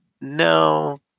no